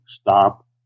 stop